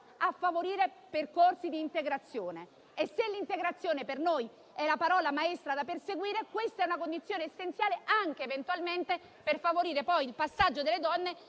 a favorire percorsi di integrazione e, se l'integrazione per noi è la parola maestra da perseguire, questa è una condizione essenziale anche eventualmente per favorire poi il passaggio delle donne